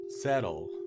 Settle